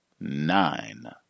nine